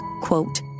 quote